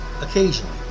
occasionally